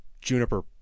juniper